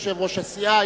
יושב-ראש הסיעה,